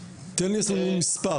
מהיועצים בבית הספר,